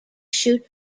shoot